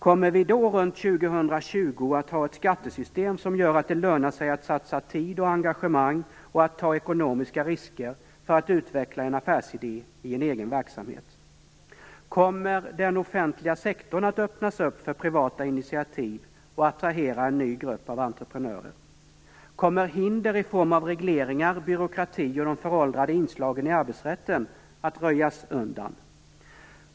Kommer vi då, runt 2020, att ha ett skattesystem som gör att det lönar sig att satsa tid och engagemang och att ta ekonomiska risker för att utveckla en affärsidé i en egen verksamhet? Kommer den offentliga sektorn att öppnas upp för privata initiativ och attrahera en ny grupp av entreprenörer? Kommer hinder i form av regleringar, byråkrati och de föråldrade inslagen i arbetsrätten att röjas undan?